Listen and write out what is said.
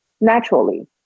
naturally